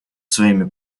своими